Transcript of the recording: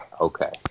Okay